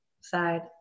side